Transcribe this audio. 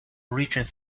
reached